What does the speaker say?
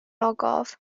ogof